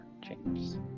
James